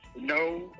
No